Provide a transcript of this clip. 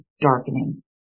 darkening